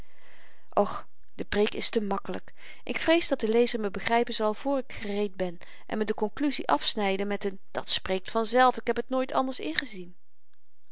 och de preek is te makkelyk ik vrees dat de lezer me begrypen zal voor ik gereed ben en me de konklusie afsnyden met n dat spreekt vanzelf ik heb t nooit anders ingezien